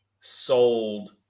sold